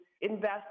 invest